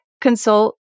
consult